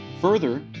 Further